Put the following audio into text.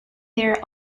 their